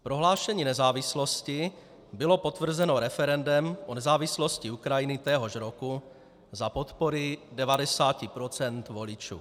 Prohlášení nezávislosti bylo potvrzeno referendem o nezávislosti Ukrajiny téhož roku za podpory 90 procent voličů.